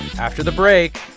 after the break,